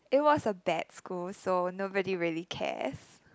it was a bad school so nobody really cares